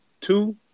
Two